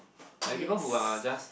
like people who are just